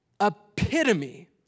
epitome